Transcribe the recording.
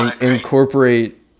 incorporate